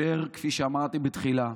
שכפי שאמרתי בתחילה,